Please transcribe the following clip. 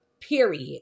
Period